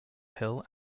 hill